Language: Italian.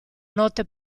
notte